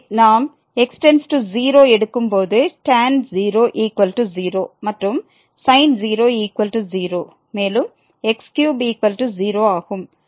எனவே நாம் x→0 எடுக்கும் போது tan 00 மற்றும் sin 00 மேலும் x30 ஆகும்